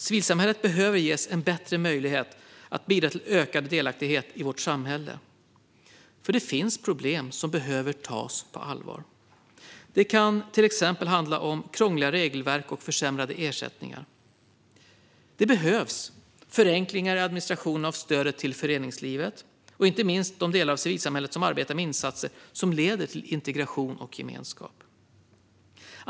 Civilsamhället behöver ges en bättre möjlighet att bidra till ökad delaktighet i vårt samhälle, för det finns problem som behöver tas på allvar. Det kan till exempel handla om krångliga regelverk och försämrade ersättningar. Det behövs förenklingar i administrationen av stödet till föreningslivet. Det gäller inte minst de delar av civilsamhället som arbetar med insatser som leder till integration och gemenskap.